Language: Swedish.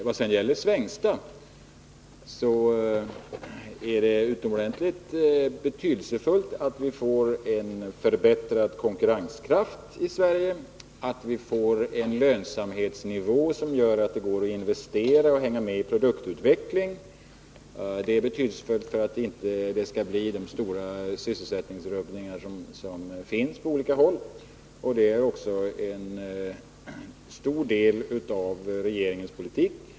Vad sedan gäller Svängsta är det utomordentligt betydelsefullt att vi får en förbättrad konkurrenskraft i Sverige och en lönsamhetsnivå, som gör att det går att investera och hänga med i produktutveckling, för att det inte skall bli sådana stora sysselsättningsrubbningar som förekommer på olika håll. Detta är också en viktig del av regeringens politik.